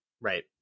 Right